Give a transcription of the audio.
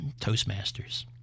Toastmasters